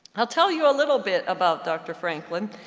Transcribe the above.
i'll tell you a little bit about dr. franklin.